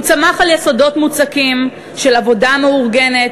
הוא צמח על יסודות מוצקים של עבודה מאורגנת,